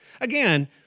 Again